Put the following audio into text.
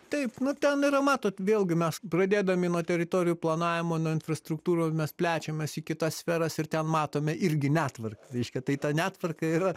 taip nu ten yra matot vėlgi mes pradėdami nuo teritorijų planavimo nuo infrastruktūros mes plečiamės į kitas sferas ir ten matome irgi netvarką reiškia tai ta netvarka yra